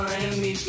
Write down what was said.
Miami